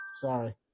sorry